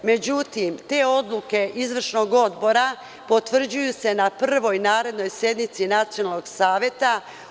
Međutim, te odluke izvršnog odbora potvrđuju se na prvoj narednoj sednici nacionalnog saveta.